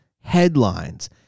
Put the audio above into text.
headlines